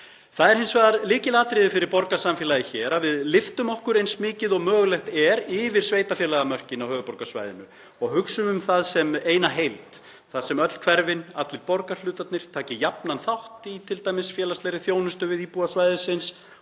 Það er hins vegar lykilatriði fyrir borgarsamfélagið hér að við lyftum okkur eins mikið og mögulegt er yfir sveitarfélagamörkin á höfuðborgarsvæðinu og hugsum um það sem eina heild þar sem öll hverfin, allir borgarhlutarnir, taki jafnan þátt í t.d. félagslegri þjónustu við íbúa svæðisins